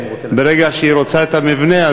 ברגע שהיא רוצה את המבנה,